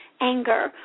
anger